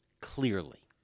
clearly